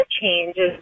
changes